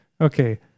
okay